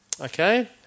Okay